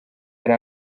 yari